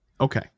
Okay